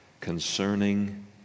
concerning